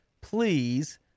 please